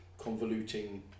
convoluting